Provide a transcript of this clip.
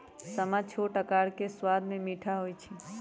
समा छोट अकार आऽ सबाद में मीठ होइ छइ